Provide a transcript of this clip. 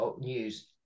news